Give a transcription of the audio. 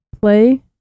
play